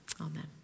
Amen